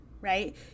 right